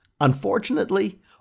Unfortunately